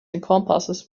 encompasses